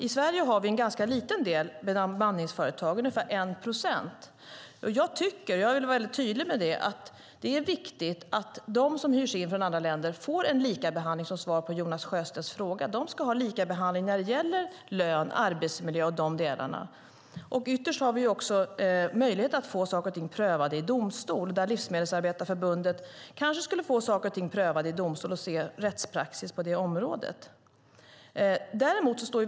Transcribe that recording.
I Sverige har vi en ganska liten del anställda i bemanningsföretag, ungefär 1 procent. Som svar på Jonas Sjöstedts fråga vill jag säga att jag tycker att det är viktigt att de som hyrs in från andra länder får en likabehandling när det gäller lön och arbetsmiljö. Ytterst har vi också möjlighet att få saker och ting prövade i domstol. Livsmedelsarbetarförbundet kanske borde få saker och ting prövade i domstol och se rättspraxis på området.